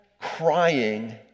crying